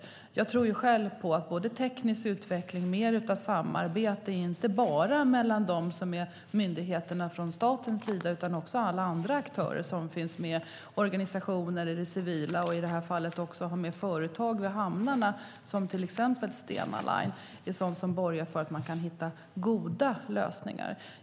Själv tror jag på teknisk utveckling och mer samarbete mellan statens myndigheter och alla andra aktörer, såsom civila organisationer och i detta fall företag i hamnarna, till exempel Stena Line. Det borgar för att hitta goda lösningar.